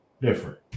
different